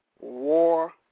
War